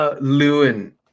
Lewin